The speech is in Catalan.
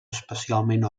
especialment